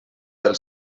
del